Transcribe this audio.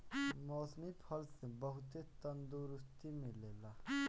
मौसमी फल से बहुते तंदुरुस्ती मिलेला